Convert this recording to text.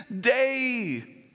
day